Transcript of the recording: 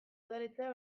udaletxea